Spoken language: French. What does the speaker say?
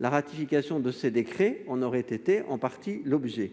La ratification de ces décrets en aurait été, en partie, l'objet.